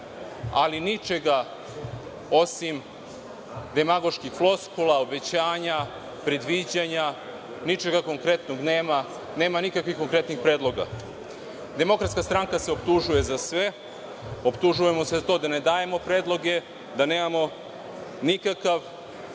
ali ničega osim demagoških floskula, obećanja, predviđanja, ničega konkretnog nema, nema nikakvih konkretnih predloga. Demokratska stranka se optužuje za sve. Optužujemo se za to da ne dajemo predloge da nemamo nikakav